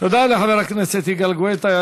תודה לחבר הכנסת יגאל גואטה.